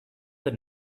that